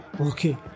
okay